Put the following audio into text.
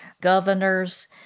governors